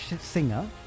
singer